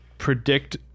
predict